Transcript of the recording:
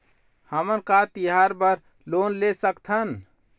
हमन का तिहार बर लोन ले सकथन?